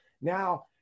Now